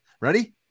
Ready